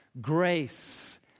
Grace